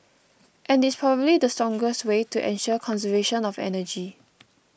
and it's probably the strongest way to ensure conservation of energy